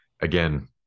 again